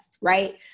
right